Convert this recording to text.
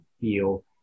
feel